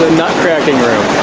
nut cracking room